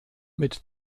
mit